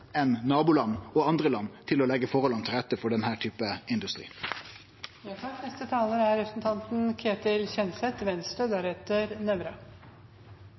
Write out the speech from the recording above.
naboland og andre land til å leggje forholda til rette for denne typen industri. Takk